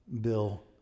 Bill